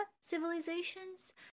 civilizations